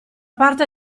parte